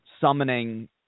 Summoning